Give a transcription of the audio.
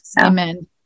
Amen